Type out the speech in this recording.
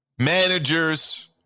Managers